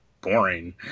boring